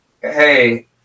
hey